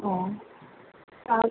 হ্যাঁ আর